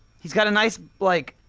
he's got a nice, like,